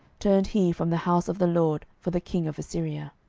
turned he from the house of the lord for the king of assyria.